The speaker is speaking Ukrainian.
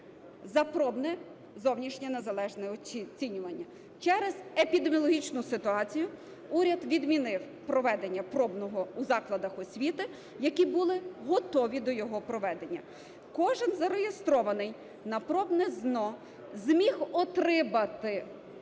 за пробне зовнішнє незалежне оцінювання. Через епідеміологічну ситуацію уряд відмінив проведення пробного у закладах освіти, які були готові до його проведення. Кожен зареєстрований на пробне ЗНО зміг отримати